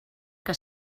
que